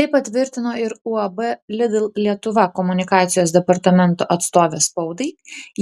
tai patvirtino ir uab lidl lietuva komunikacijos departamento atstovė spaudai